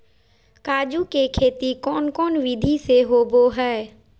काजू के खेती कौन कौन विधि से होबो हय?